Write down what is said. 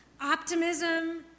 optimism